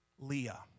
Leah